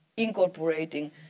incorporating